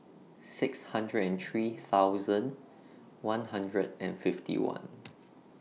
six hundred and three thousand one hundred and fifty one